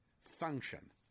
function